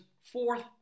fourth